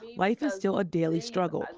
life is still a daily struggle. and